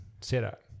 setup